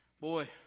Boy